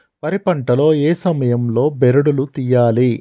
వరి పంట లో ఏ సమయం లో బెరడు లు తియ్యాలి?